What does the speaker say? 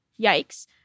yikes